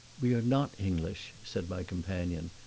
we are not english, said my companion,